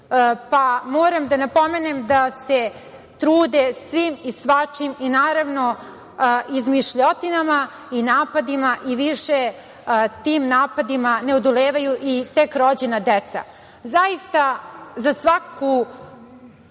da napomenem da se trude svim i svačim i naravno izmišljotinama i napadima i više tim napadima ne odolevaju i tek rođena deca. Zaista za svaku